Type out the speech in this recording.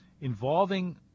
involving